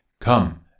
Come